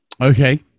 Okay